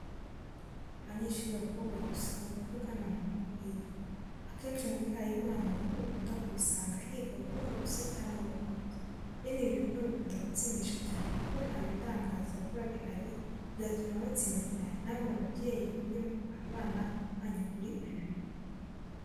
Abanyeshuri b'abakobwa gusa ni ukuvuga nta muhungu uhiga, akenshi mubihayimana ni ho ukunda kubisanga higa abakobwa gusa cyangwa abahungu gusa, bene ibi bigo bikunda gutsindisha cyane kuko ntabibarangaza biba bihari bigatuma batsinda cyane, namwe babyeyi mujye mutwara abana banyu kuri ibi bigo.